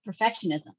perfectionism